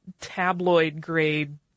tabloid-grade